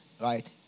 Right